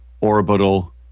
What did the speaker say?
orbital